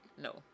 No